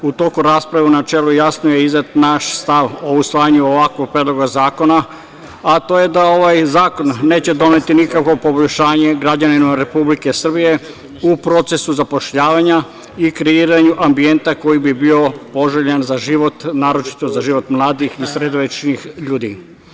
U toku rasprave u načelu jasno je iznet naš stav o usvajanju ovakvog predloga zakona, a to je da ovaj zakon neće doneti nikakvo poboljšanje građanima Republike Srbije u procesu zapošljavanja i kreiranju ambijenta koji bi bio poželjan za život, naročito za život mladih i sredovečnih ljudi.